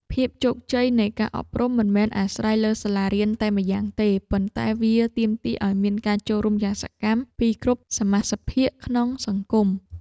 ភាពជោគជ័យនៃការអប់រំមិនមែនអាស្រ័យលើសាលារៀនតែម្យ៉ាងទេ ប៉ុន្តែវាទាមទារឱ្យមានការចូលរួមយ៉ាងសកម្មពីគ្រប់សមាសភាគក្នុងសង្គម។